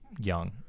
young